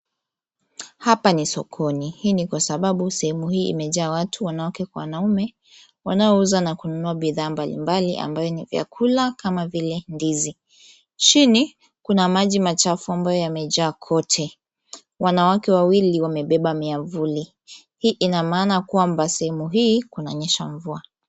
Hapa ni sokoni, hii ni kwa sababu sehemu hii imejaa watu wanawake kwa wanaume wanaouza na kununua bidhaa mbalimbali ambayo ni vyakula kama vile ndizi. Chini, kuna maji machafu ambayo yamejaa kote. Wanawake wawili wamebeba miavuli. Hii ina maana kwamba sehemu hii kuna nyesha mvua.